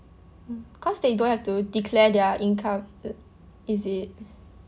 cause they don't have to declare their income is it